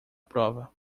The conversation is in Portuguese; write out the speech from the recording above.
prova